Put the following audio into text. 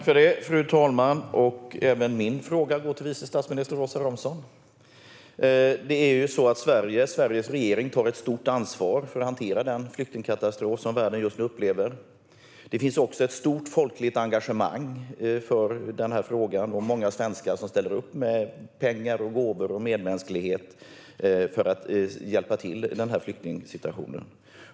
Fru talman! Även min fråga går till vice statsminister Åsa Romson. Sveriges regering tar ett stort ansvar för att hantera den flyktingkatastrof som världen just nu upplever. Det finns också ett stort folkligt engagemang i den här frågan, och det är många svenskar som ställer upp med pengar, gåvor och medmänsklighet för att hjälpa till i flyktingsituationen.